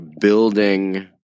building